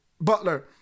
Butler